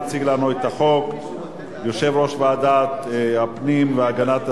יציג לנו את החוק יושב-ראש ועדת הפנים והגנת הסביבה,